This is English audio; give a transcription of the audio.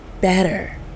better